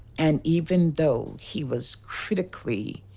and even though he was critically.